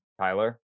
Tyler